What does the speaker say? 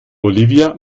olivia